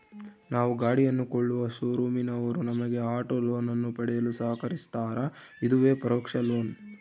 ನಾವು ಗಾಡಿಯನ್ನು ಕೊಳ್ಳುವ ಶೋರೂಮಿನವರು ನಮಗೆ ಆಟೋ ಲೋನನ್ನು ಪಡೆಯಲು ಸಹಕರಿಸ್ತಾರ, ಇದುವೇ ಪರೋಕ್ಷ ಲೋನ್